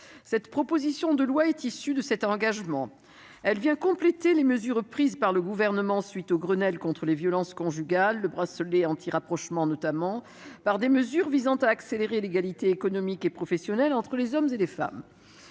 Le présent texte est issu de cet engagement. Il vient compléter les mesures prises par le Gouvernement à la suite du Grenelle contre les violences conjugales, comme le bracelet anti-rapprochement, par des dispositions visant à accélérer l'égalité économique et professionnelle entre les hommes et les femmes.